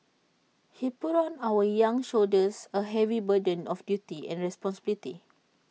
he put on our young shoulders A heavy burden of duty and responsibility